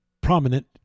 prominent